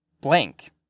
blank